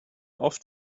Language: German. oft